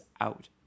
out